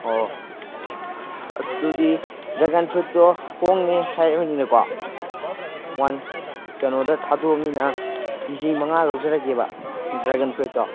ꯑꯣ ꯑꯗꯨꯗꯤ ꯗ꯭ꯔꯦꯒꯟ ꯐ꯭ꯔꯨꯏꯠꯇꯣ ꯍꯣꯡꯉꯦ ꯍꯥꯏꯔꯕꯅꯤꯅꯀꯣ ꯋꯥꯟ ꯀꯩꯅꯣꯗ ꯊꯥꯗꯣꯛꯑꯕꯅꯤꯅ ꯀꯦ ꯖꯤ ꯃꯉꯥ ꯂꯧꯖꯔꯒꯦꯕ ꯗ꯭ꯔꯦꯒꯟ ꯐ꯭ꯔꯨꯏꯠꯇꯣ